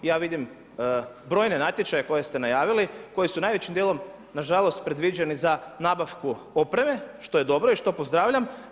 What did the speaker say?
Ja vidim brojne natječaje koje ste najavili koji su najvećim dijelom nažalost predviđeni za nabavku opreme, što je dobro i što pozdravljam.